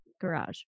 garage